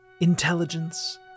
intelligence